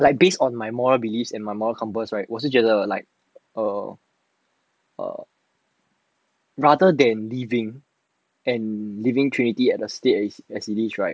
like based on my moral beliefs and my moral compass right 我是觉得 like err err rather than leaving leaving trinity at a state like this right